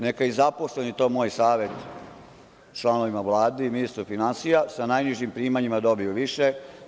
Nema i zaposleni, to je moj savet članovima Vlade i ministru finansija, sa najnižim primanjima dobiju više.